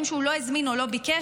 על דברים שהוא לא הזמין או לא ביקש,